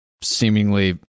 seemingly